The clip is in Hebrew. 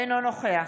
אינו נוכח